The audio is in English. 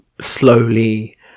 slowly